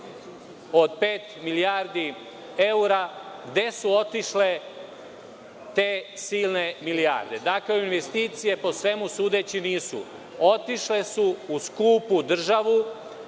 od pet milijardi evra? Gde su otišle te silne milijarde? Dakle, u investicije, po svemu sudeći, nisu. Otišle su u skupu državu,